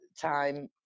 time